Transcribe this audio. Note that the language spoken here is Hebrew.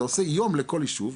אתה עושה יום אחד בכל יישוב,